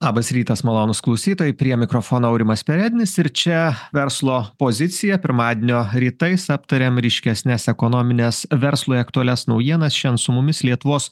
labas rytas malonūs klausytojai prie mikrofono aurimas perednis ir čia verslo pozicija pirmadienio rytais aptariam ryškesnes ekonomines verslui aktualias naujienas šiandien su mumis lietuvos